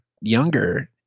younger